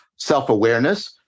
self-awareness